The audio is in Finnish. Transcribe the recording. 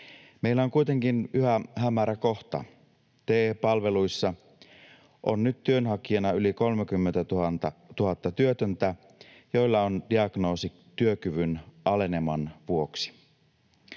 Meillä on kuitenkin yhä hämärä kohta: TE-palveluissa on nyt työnhakijana yli 30 000 työtöntä, joilla on diagnoosi työkyvyn aleneman vuoksi.